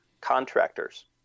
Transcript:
contractors